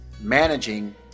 managing